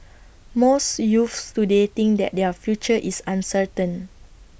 most youths today think that their future is uncertain